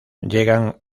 llegan